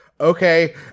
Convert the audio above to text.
Okay